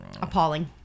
Appalling